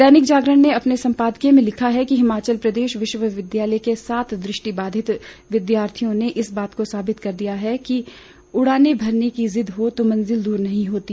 दैनिक जागरण ने अपने संपादकीय में लिखा है कि हिमाचल प्रदेश विश्वविद्यालय के सात दृष्टिबाधित विद्यार्थियों ने इस बात को साबित कर दिया कि उड़ाने भरने की जिद हो तो मंजिल दूर नहीं होती